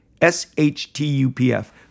S-H-T-U-P-F